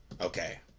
okay